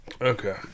Okay